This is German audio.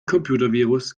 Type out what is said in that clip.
computervirus